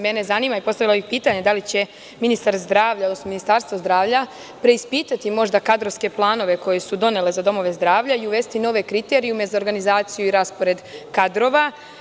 Mene zanima i postavila bih pitanje da li će ministar zdravlja, odnosno Ministarstvo zdravlja preispitati možda kadrovske planove koji su doneli za domove zdravlja i uvesti nove kriterijume za organizaciju i raspored kadrova?